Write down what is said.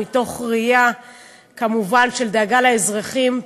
מתוך ראייה כמובן של דאגה לאזרחים,